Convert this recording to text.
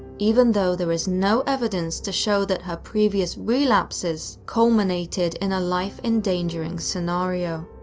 even though there is no evidence to show that her previous relapses culminated in a life-endangering scenario.